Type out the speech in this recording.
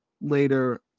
later